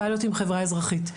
פיילוט עם חברה אזרחית,